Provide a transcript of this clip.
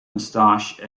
moustache